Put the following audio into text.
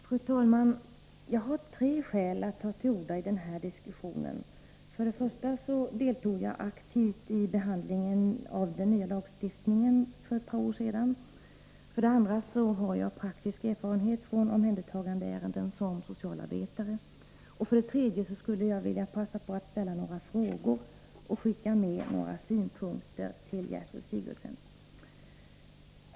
Fru talman! Jag har tre skäl att ta till orda i den här diskussionen. För det första deltog jag aktivt i behandlingen av den nya lagstiftningen för ett par år sedan. För det andra har jag praktisk erfarenhet från omhändertagandeärenden som socialarbetare. För det tredje skulle jag vilja passa på att ställa några frågor och skicka med några synpunkter till Gertrud Sigurdsen.